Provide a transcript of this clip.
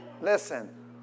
Listen